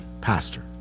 pastor